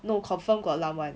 no confirm got lump [one]